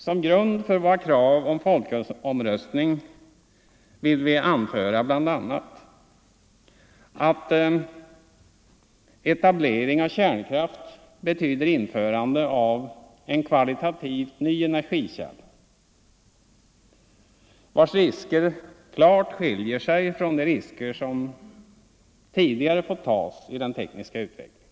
Som grund för vårt krav på folkomröstning vill vi anföra bl.a. att etablering av kärnkraft betyder införande av en kvalitativt ny energikälla, vars risker också klart skiljer sig från risker som tidigare fått tas i den tekniska utvecklingen.